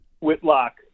Whitlock